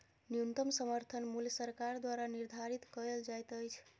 न्यूनतम समर्थन मूल्य सरकार द्वारा निधारित कयल जाइत अछि